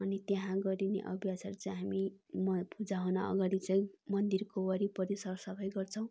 अनि त्यहाँ गरिने अभ्यासहरू चाहिँ हामी पूजा हुन अगाडि चाहिँ मन्दिरको वरिपरि सर सफाई गर्छौँ